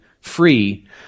free